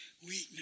weakness